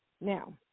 Now